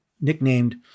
nicknamed